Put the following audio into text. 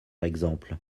exemple